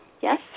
yes